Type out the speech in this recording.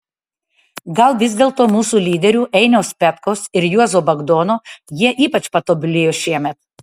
gal vis dėlto mūsų lyderių einiaus petkaus ir juozo bagdono jie ypač patobulėjo šiemet